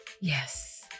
Yes